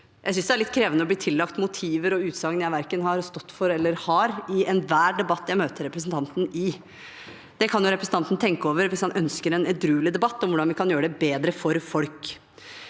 jeg synes det er litt krevende å bli tillagt motiver og utsagn jeg verken har stått for eller har, i enhver debatt jeg møter representanten i. Det kan representanten tenke over hvis han ønsker en edruelig debatt om hvordan vi kan gjøre det bedre for folk.